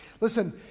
Listen